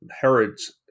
Herod's